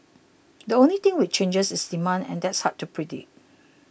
the only thing which changes is demand and that's hard to predict